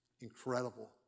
incredible